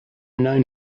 known